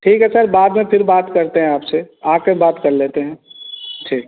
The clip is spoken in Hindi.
ठीक है सर बाद में फ़िर बात करते हैं आपसे आकर बात कर लेते हैं ठीक